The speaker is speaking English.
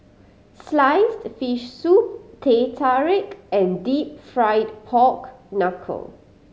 sliced fish soup Teh Tarik and Deep Fried Pork Knuckle